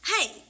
Hey